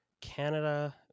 Canada